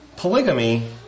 Polygamy